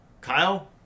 Kyle